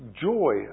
joy